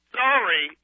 sorry